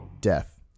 Death